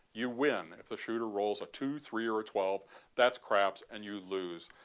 you win. if the shooter rolls a two, three or ah twelve that's craps and you lose.